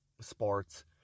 sports